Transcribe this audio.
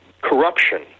corruption